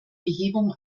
behebung